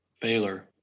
Baylor